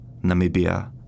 Namibia